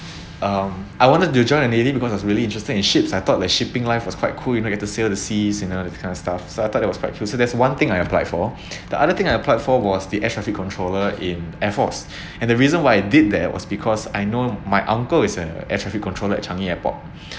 um I wanted to join a navy because I was really interested in ships I thought like shipping life was quite cool you know get to sail the seas you know that kind of stuff so I thought it was factual so that's one thing I've applied for the other thing I applied for was the air traffic controller in air force and the reason why I did that was because I know my uncle is a air traffic controller at changi airport